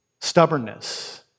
stubbornness